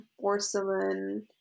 porcelain